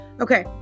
Okay